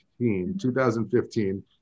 2015